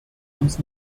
uns